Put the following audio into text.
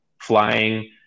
flying